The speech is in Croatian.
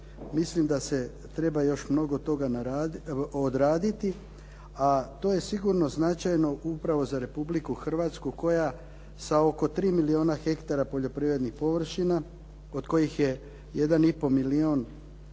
mislim da se treba još mnogo toga odraditi a to je sigurno značajno upravo za Republiku Hrvatsku koja sa oko 3 milijuna hektara poljoprivrednih površina od kojih je jedan